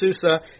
Susa